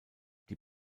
die